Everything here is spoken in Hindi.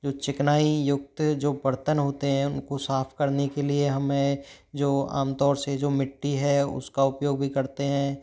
जो चिकनाईयुक्त जो बर्तन होते हैं उनको साफ करने के लिए हमें जो आमतौर से जो मिट्टी है उसका उपयोग भी करते हैं